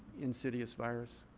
insidious virus.